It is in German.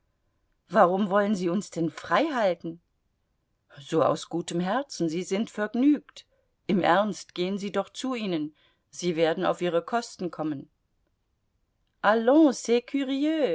warum wollen sie uns denn freihalten so aus gutem herzen sie sind vergnügt im ernst gehen sie doch zu ihnen sie werden auf ihre kosten kommen allons